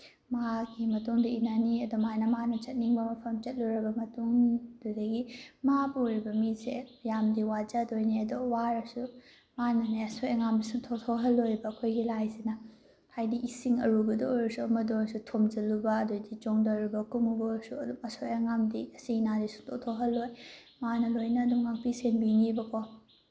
ꯃꯥꯒꯤ ꯃꯇꯨꯡꯗ ꯏꯟꯅꯅꯤ ꯑꯗꯨꯃꯥꯏꯅ ꯃꯥꯅ ꯆꯠꯅꯤꯡꯕ ꯃꯐꯝ ꯆꯠꯂꯨꯔꯕ ꯃꯇꯨꯡꯗꯨꯗꯒꯤ ꯃꯥ ꯄꯨꯔꯤꯕ ꯃꯤꯁꯦ ꯌꯥꯝꯅꯗꯤ ꯋꯥꯖꯗꯣꯏꯅꯦ ꯑꯗꯣ ꯋꯥꯔꯁꯨ ꯃꯥꯅꯅꯦ ꯑꯁꯣꯏ ꯑꯉꯥꯝ ꯁꯨꯡꯊꯣꯛ ꯊꯣꯛꯍꯜꯂꯣꯏꯕ ꯑꯩꯈꯣꯏꯒꯤ ꯂꯥꯏꯁꯤꯅ ꯍꯥꯏꯗꯤ ꯏꯁꯤꯡ ꯑꯔꯨꯕꯗ ꯑꯣꯏꯔꯁꯨ ꯑꯃꯗ ꯑꯣꯏꯔꯁꯨ ꯊꯣꯝꯖꯤꯜꯂꯨꯕ ꯑꯗꯨꯗꯩꯗꯤ ꯆꯣꯡꯊꯔꯨꯕ ꯀꯨꯝꯃꯨꯕ ꯑꯣꯏꯔꯁꯨ ꯑꯗꯨꯝ ꯑꯁꯣꯏ ꯑꯉꯥꯝꯗꯤ ꯑꯁꯤ ꯑꯅꯥꯗꯤ ꯁꯨꯡꯊꯣꯛ ꯊꯣꯛꯍꯜꯂꯣꯏ ꯃꯥꯅ ꯂꯣꯏꯅ ꯑꯗꯨꯝ ꯉꯥꯛꯄꯤ ꯁꯦꯟꯕꯤꯅꯦꯕꯀꯣ